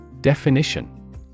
Definition